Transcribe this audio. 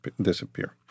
disappear